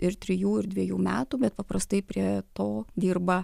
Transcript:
ir trejų ir dvejų metų bet paprastai prie to dirba